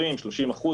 נכון.